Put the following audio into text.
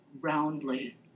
roundly